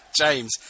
James